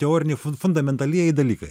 teoriniaifun fundamentalieji dalykai